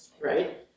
Right